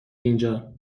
اینجا